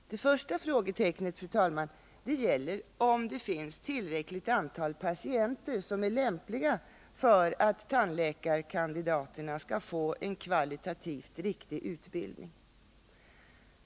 Det första frågetecknet gäller om det finns tillräckligt antal patienter som är lämpliga för att tandläkarkandidaterna skall få en kvalitativt riktig utbildning.